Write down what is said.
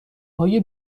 های